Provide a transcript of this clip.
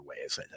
ways